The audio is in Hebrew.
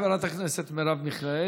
תודה לחברת הכנסת מרב מיכאלי.